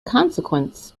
consequence